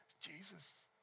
Jesus